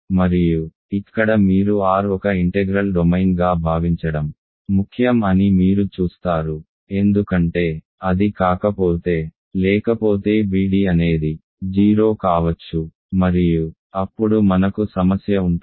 మరియు ఇక్కడ మీరు R ఒక ఇంటెగ్రల్ డొమైన్ గా భావించడం ముఖ్యం అని మీరు చూస్తారు ఎందుకంటే అది కాకపోతే లేకపోతే bd అనేది 0 కావచ్చు మరియు అప్పుడు మనకు సమస్య ఉంటుంది